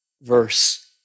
verse